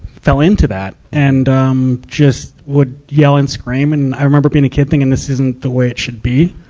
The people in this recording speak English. fell into that. and, um, just would yell and scream. and i remember being a kid, thinking and this isn't the way it should be.